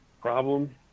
problem